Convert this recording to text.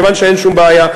כיוון שאין שום בעיה,